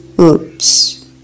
Oops